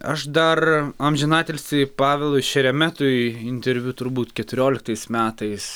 aš dar amžinatilsį pavelui šeremetui interviu turbūt keturioliktais metais